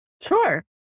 Sure